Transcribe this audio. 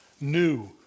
new